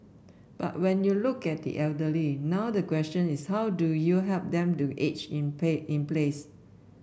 but when you look at the elderly now the question is how do you help them to age in in place